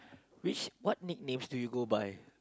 which what nicknames do you go by